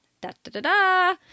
da-da-da-da